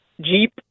Jeep